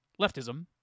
leftism